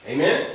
Amen